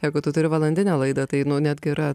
jeigu tu turi valandinę laidą tai nu netgi yra